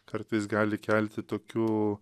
kartais gali kelti tokių